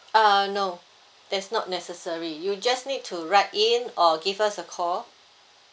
uh no that's not necessary you just need to write in or give us a call